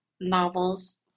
novels